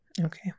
Okay